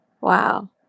Wow